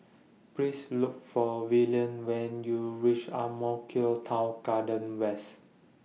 Please Look For Velia when YOU REACH Ang Mo Kio Town Garden West